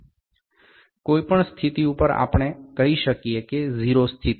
যে কোনও অবস্থানে আমরা বলতে পারি এটি ০ অবস্থান